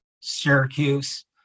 syracuse